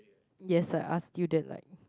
yes I ask you that like